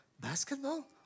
Basketball